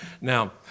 Now